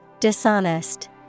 Dishonest